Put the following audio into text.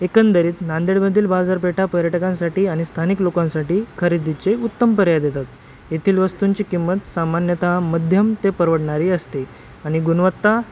एकंदरीत नांदेडमधील बाजारपेठा पर्यटकांसाठी आणि स्थानिक लोकांसाठी खरेदीचे उत्तम पर्याय देतात येथील वस्तूंची किंमत सामान्यतः मध्यम ते परवडणारी असते आणि गुणवत्ता